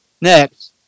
next